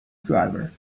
driver